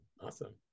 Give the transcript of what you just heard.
Awesome